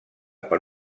per